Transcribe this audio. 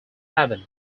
haven